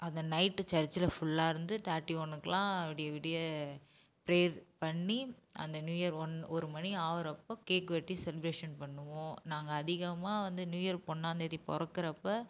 அந்த நைட்டு சர்ச்சில் ஃபுல்லாக இருந்து தேர்ட்டி ஒன்றுக்குலாம் விடிய விடிய ப்ரேயர் பண்ணி அந்த நியூ இயர் ஒன் ஒரு மணி ஆவுறப்போ கேக் வெட்டி செலிப்ரேஷன் பண்ணுவோம் நாங்கள் அதிகமாக வந்து நியூ இயர் இப்போ ஒன்னாம்தேதி பொறக்குறப்போ